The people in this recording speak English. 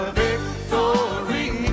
victory